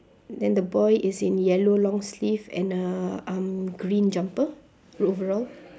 then the boy is in yellow long sleeve and a um green jumper overall